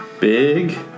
Big